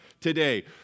today